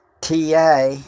TA